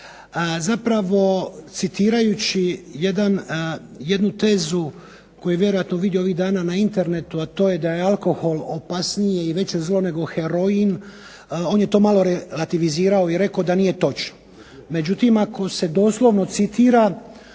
Zapravo citirajući jednu tezu koju je vjerojatno vidio ovih dana na internetu, a to je da je alkohol opasnije i veće zlo nego heroin on je to malo lativizirao i rekao da nije točno. Međutim, ako se doslovno citira